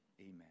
Amen